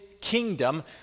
kingdom